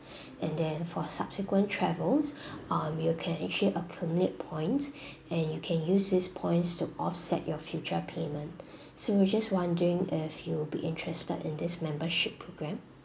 and then for subsequent travels um you can actually accumulate points and you can use this points to offset your future payment so just wondering if you'll be interested in this membership programme